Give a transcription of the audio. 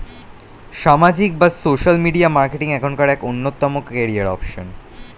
সামাজিক বা social media marketing এখনকার এক অন্যতম ক্যারিয়ার অপশন